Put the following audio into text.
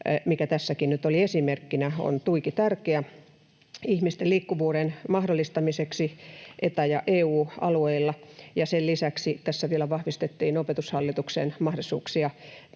mikä tässäkin nyt oli esimerkkinä, on tuiki tärkeä ihmisten liikkuvuuden mahdollistamiseksi Eta‑ ja EU-alueilla. Sen lisäksi tässä vielä vahvistettiin Opetushallituksen mahdollisuuksia